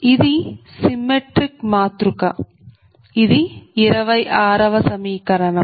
ఇది సిమ్మెట్రిక్ మాతృక ఇది 26 వ సమీకరణం